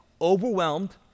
overwhelmed